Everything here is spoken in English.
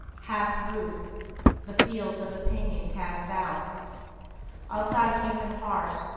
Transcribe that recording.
hath ruth the fiends of opinion cast out of thy human heart?